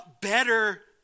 better